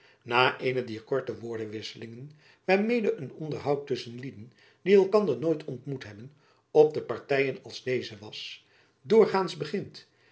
na eene dier korte woordewisselingen waarmede een onderhoud tusschen lieden die elkander nooit ontmoet hebben op partyen als deze was doorgaands